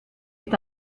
est